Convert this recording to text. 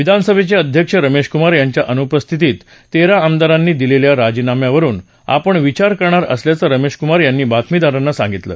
विधानसभेचे अध्यक्ष रमेश कुमार यांच्या अनुपस्थितीत तेरा आमदारांनी दिलेल्या राजीनाम्यावरुन आपण विचार करणार असल्याचं रमेश कुमार यांनी बातमीदारांना सांगितलं